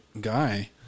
guy